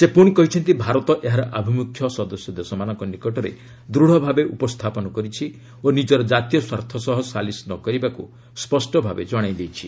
ସେ ପୁଣି କହିଛନ୍ତି ଭାରତ ଏହାର ଆଭିମୁଖ୍ୟ ସଦସ୍ୟ ଦେଶମାନଙ୍କ ନିକଟରେ ଦୂଢ଼ଭାବେ ଉପସ୍ଥାପନ କରିଛି ଓ ନିଜର ଜାତୀୟ ସ୍ୱାର୍ଥ ସହ ସାଲିସ ନ କରିବାକୁ ସ୍ୱଷ୍ଟଭାବେ ଜଣାଇଦେଇଛି